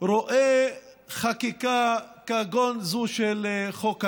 רואה חקיקה כגון זו של חוק הלאום.